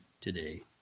today